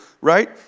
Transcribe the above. right